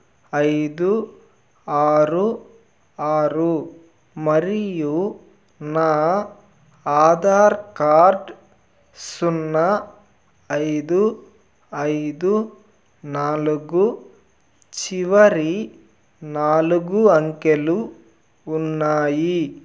ఐదు ఆరు ఆరు మరియు నా ఆధార్ కార్డ్ సున్నా ఐదు ఐదు నాలుగు చివరి నాలుగు అంకెలు ఉన్నాయి